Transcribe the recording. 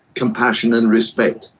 compassion and respect,